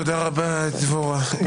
תודה רבה, דבורה.